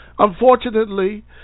Unfortunately